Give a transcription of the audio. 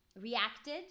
reacted